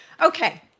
okay